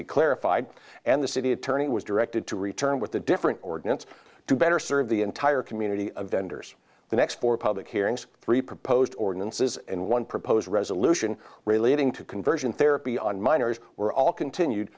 be clarified and the city attorney was directed to return with a different ordinance to better serve the entire community of vendors the next four public hearings three proposed ordinances and one proposed resolution relating to conversion therapy on minors were all continued